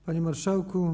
Panie Marszałku!